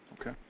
Okay